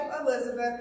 Elizabeth